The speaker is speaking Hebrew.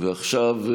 ועכשיו,